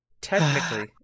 Technically